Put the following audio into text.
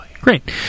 Great